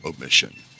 omission